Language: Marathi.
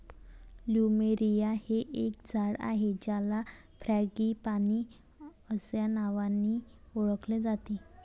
प्लुमेरिया हे एक झाड आहे ज्याला फ्रँगीपानी अस्या नावानी ओळखले जाते